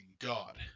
god